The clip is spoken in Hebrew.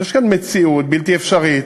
יש כאן מציאות בלתי אפשרית,